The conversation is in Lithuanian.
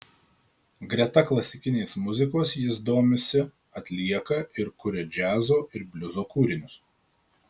greta klasikinės muzikos jis domisi atlieka ir kuria džiazo ir bliuzo kūrinius